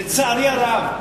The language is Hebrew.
לצערי הרב,